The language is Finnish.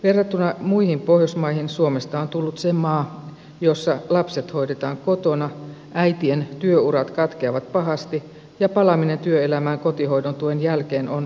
verrattuna muihin pohjoismaihin suomesta on tullut se maa jossa lapset hoidetaan kotona äitien työurat katkeavat pahasti ja palaaminen työelämään kotihoidon tuen jälkeen on yhä haastavampaa